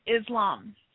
Islam